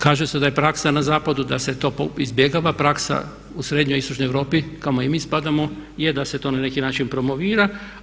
Kaže se da je praksa na zapadu da se to izbjegava, praksa u srednjoj i istočnoj Europi kamo i mi spadamo je da se to na neki način promovira.